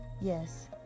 Yes